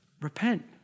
Repent